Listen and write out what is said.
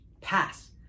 Pass